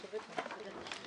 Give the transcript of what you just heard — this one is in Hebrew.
הישיבה ננעלה בשעה